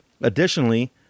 Additionally